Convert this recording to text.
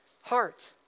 heart